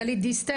גלית דיסטל,